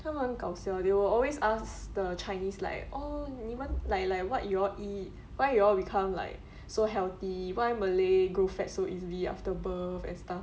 他们很搞笑 they will always ask the chinese like oh 你们 like like what you all eat why you all become like so healthy why malay grow fat so easily after birth and stuff